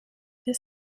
this